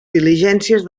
diligències